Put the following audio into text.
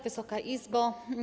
Wysoka Izbo!